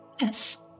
Yes